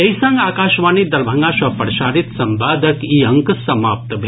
एहि संग आकाशवाणी दरभंगा सँ प्रसारित संवादक ई अंक समाप्त भेल